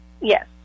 yes